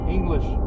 English